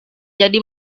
jadi